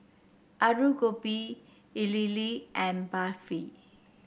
Alu Gobi Idili and Barfi